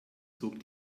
zog